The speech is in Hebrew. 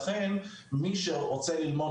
לכן מי שרוצה ללמוד